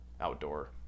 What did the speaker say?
Outdoor